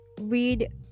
read